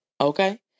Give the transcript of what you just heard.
okay